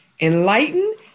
enlighten